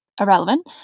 Irrelevant